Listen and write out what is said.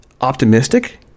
optimistic